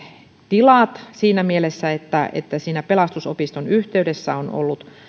tilat siinä mielessä että että siinä pelastusopiston yhteydessä on ollut